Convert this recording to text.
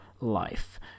life